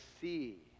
see